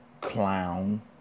clown